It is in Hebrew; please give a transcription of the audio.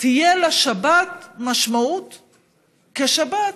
תהיה לשבת משמעות כשבת,